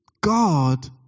God